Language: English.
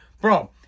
Bro